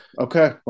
okay